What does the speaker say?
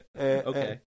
Okay